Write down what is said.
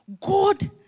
God